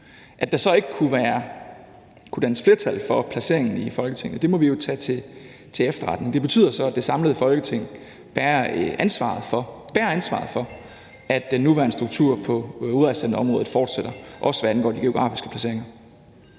At der så ikke kunne dannes flertal for placeringen i Folketinget, må vi jo tage til efterretning. Det betyder så, at det samlede Folketing bærer ansvaret for, at den nuværende struktur på udrejsecenterområdet fortsætter, også hvad angår de geografiske placeringer.